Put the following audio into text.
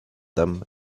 them